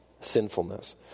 sinfulness